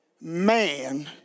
Man